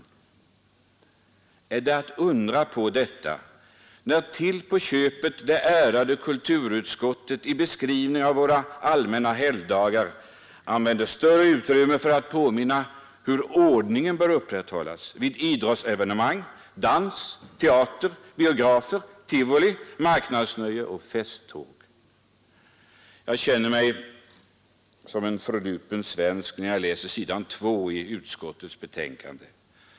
Är det att undra på detta, när till på köpet det ärade kulturutskottet i beskrivningen av våra allmänna helgdagar använder så stort utrymme för att påminna om hur ordningen bör upprätthållas vid idrottsevenemang, dans, teater-, biografoch tivoliföreställningar, marknadsnöjen och festtåg? Jag känner mig som en förlupen svensk när jag läser s. 2 i utskottets betänkande.